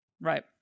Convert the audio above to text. Right